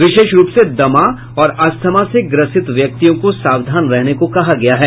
विशेष रूप से दमा और अस्थमा से ग्रसित व्यक्तियों को सावधान रहने को कहा गया है